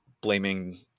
blaming